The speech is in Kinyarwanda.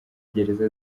gereza